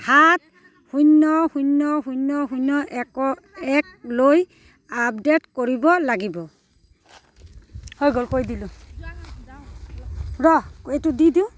সাত শূন্য শূন্য শূন্য শূন্য এক একলৈ আপডে'ট কৰিব লাগিব